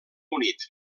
unit